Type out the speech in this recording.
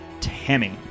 Tammy